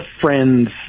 friends